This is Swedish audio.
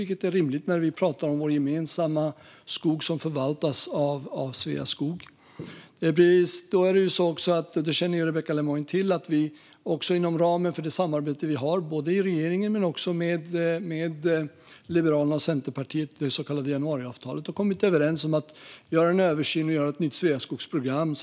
Det är rimligt när vi pratar om vår gemensamma skog, som förvaltas av Sveaskog. Det är också så, vilket Rebecka Le Moine känner till, att vi inom ramen för det samarbete vi har såväl i regeringen som med Liberalerna och Centerpartiet i det så kallade januariavtalet har kommit överens om att göra en översyn och göra ett nytt Sveaskogsprogram.